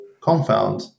confound